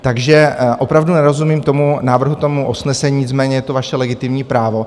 Takže opravdu nerozumím tomu návrhu usnesení, nicméně je to vaše legitimní právo.